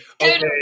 okay